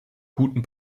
guten